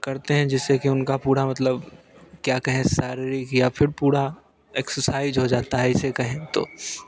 करते हैं जिससे कि उनका पूरा मतलब क्या कहें शारीरिक या फिर पूरा एक्सर्साइज़ हो जाता है ऐसे कहें तो